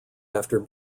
after